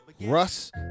Russ